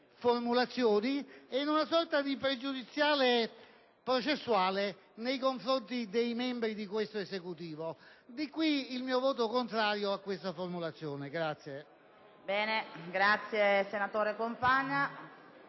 formulazioni e una sorta di pregiudiziale processuale nei confronti dei membri di questo Esecutivo. Di qui il mio voto contrario a questo emendamento.